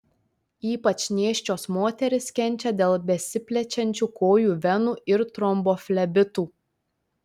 ypač nėščios moterys kenčia dėl besiplečiančių kojų venų ir tromboflebitų